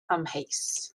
amheus